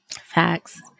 Facts